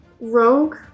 Rogue